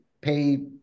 pay